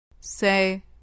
Say